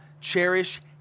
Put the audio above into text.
cherish